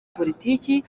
politiki